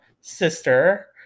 Sister